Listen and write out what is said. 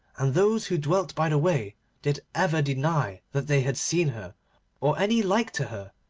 and those who dwelt by the way did ever deny that they had seen her or any like to her,